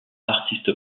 artiste